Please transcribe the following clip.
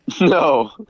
No